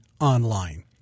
online